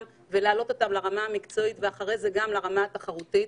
ולהעלות אותם לרמה המקצועית ואחרי זה גם לרמה התחרותית.